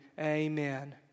Amen